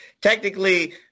technically